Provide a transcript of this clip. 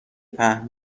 پهن